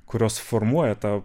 kurios formuoja tą